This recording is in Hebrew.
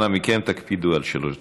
אנא מכם, תקפידו על שלוש דקות.